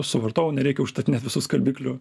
suvartojau nereikia užstatinėt visų skalbiklių